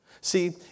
See